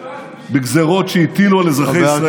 בגזרות שהטילו על אזרחי ישראל.